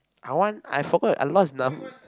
I want I forgot I lost num~